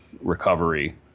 recovery